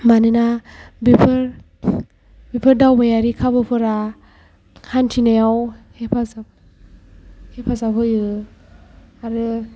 मानोना बेफोर दावबायारि खाबुफोरा हानथिनायाव हेफाजाब होयो आरो